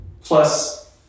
Plus